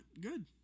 Good